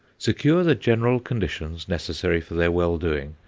secure the general conditions necessary for their well-doing,